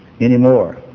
anymore